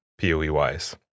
POE-wise